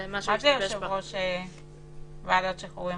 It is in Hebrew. מה זה "יושב-ראש אחרת"?